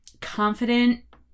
confident